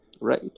right